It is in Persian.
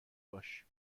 باش